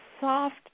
soft